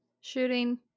shooting